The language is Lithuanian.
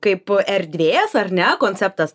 kaip erdvės ar ne konceptas